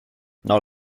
not